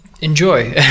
enjoy